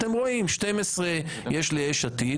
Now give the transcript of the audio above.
אתם רואים, 12 יש ליש עתיד.